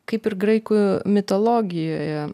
kaip ir graikų mitologijoje